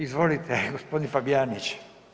Izvolite, gospodin Fabijanić.